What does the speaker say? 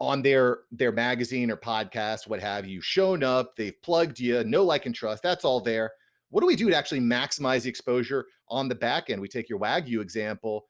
on their their magazine or podcast what have you shown up they've plugged you yeah know like and trust that's all there what do we do to actually maximize exposure on the back end we take your wagyu example